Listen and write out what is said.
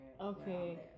Okay